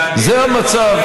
זה המצב.